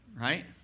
right